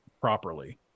properly